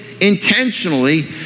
intentionally